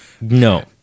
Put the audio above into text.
No